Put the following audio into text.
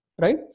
right